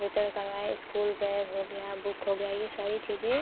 वितरण करवाया school bag हो गया बूक हो गया यह सारी चीज़ें